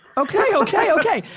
okay, okay, okay.